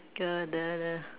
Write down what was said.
the the the